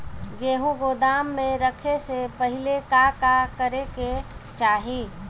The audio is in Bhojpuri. गेहु गोदाम मे रखे से पहिले का का करे के चाही?